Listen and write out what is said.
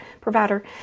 provider